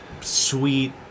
sweet